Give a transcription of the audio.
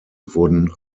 wurden